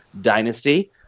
dynasty